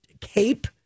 cape